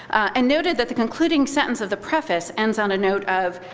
and noted that the concluding sentence of the preface ends on a note of,